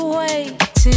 wait